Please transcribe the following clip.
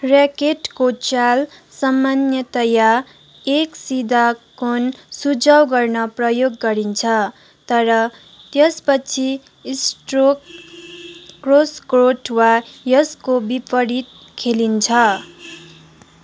ऱ्याकेटको चाल सामान्यतया एक सिधा कोण सुझाउ गर्न प्रयोग गरिन्छ तर त्यसपछि स्ट्रोक क्रसकोर्ट वा यसको विपरित खेलिन्छ